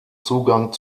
zugang